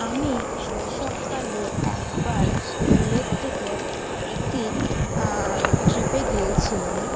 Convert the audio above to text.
আমি শৈশবকালে একবার স্কুলের থেকে একটি ট্রিপে গিয়েছিলাম